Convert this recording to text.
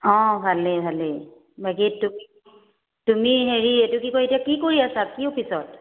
অঁ ভালেই ভালেই বাকী তুমি তুমি হেৰি এইটো কি কয় এতিয়া কি কৰি আছা কি অফিচত